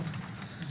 אני שואל אותו.